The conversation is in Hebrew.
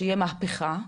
שיהיה מהפכה,